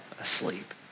asleep